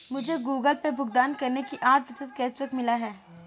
मुझे Google pay भुगतान करने पर आठ प्रतिशत कैशबैक मिला है